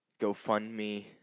GoFundMe